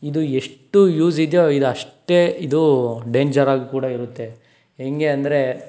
ಇದು ಎಷ್ಟು ಯೂಸ್ ಇದೆಯೋ ಇದಷ್ಟೆ ಇದು ಡೆಂಜರಾಗಿ ಕೂಡ ಇರುತ್ತೆ ಹೆಂಗೆ ಅಂದರೆ